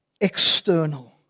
external